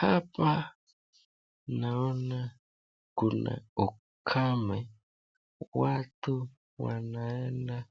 Hapa naona kuna ukame watu wanaenda